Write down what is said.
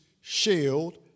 shield